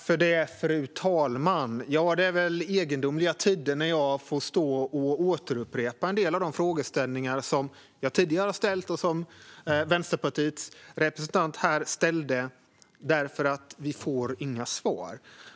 Fru talman! Det är väl egendomliga tider när jag får upprepa en del av de frågor jag tidigare har ställt och som också Vänsterpartiets representant här ställde, för vi får inga svar.